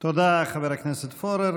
תודה, חבר הכנסת פורר.